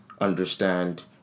understand